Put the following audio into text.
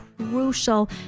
crucial